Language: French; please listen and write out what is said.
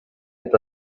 est